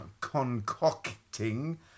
concocting